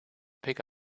pick